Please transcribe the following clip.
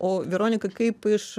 o veronika kaip iš